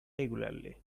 regularly